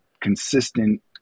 consistent